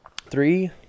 three